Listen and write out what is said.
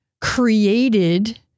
created